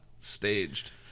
staged